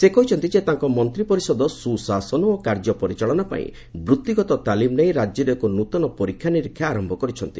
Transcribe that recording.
ସେ କହିଛନ୍ତି ଯେ ତାଙ୍କ ମନ୍ତ୍ରିପରିଷଦ ସୁଶାସନ ଓ କାର୍ଯ୍ୟ ପରିଚାଳନା ପାଇଁ ବୃତ୍ତିଗତ ତାଲିମ ନେଇ ରାଜ୍ୟରେ ଏକ ନୂଆ ପରୀକ୍ଷା ନିରୀକ୍ଷା ଆରମ୍ଭ କରିଛନ୍ତି